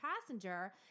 passenger